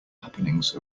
happenings